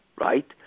right